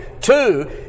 Two